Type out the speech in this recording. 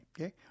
okay